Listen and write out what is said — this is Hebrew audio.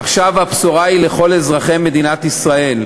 עכשיו הבשורה היא לכל אזרחי מדינת ישראל.